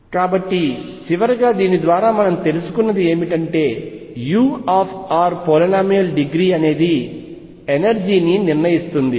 కాబట్టి చివరిగా దీని ద్వారా మనము తెలుసుకున్నది ఏమిటంటే u పోలీనామియల్ డిగ్రీ అనేది ఎనర్జీ ని నిర్ణయిస్తుంది